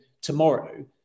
tomorrow